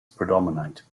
predominate